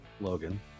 Logan